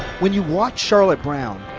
when you watch charlotte brown,